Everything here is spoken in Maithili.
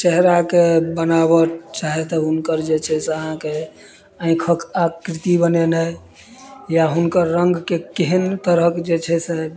चेहराके बनाबऽ चाहे तऽ हुनकर जे छै से अहाँके आँखिक आकृति बनेनाइ या हुनकर रंगके केहन तरहक जे छै से